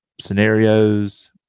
scenarios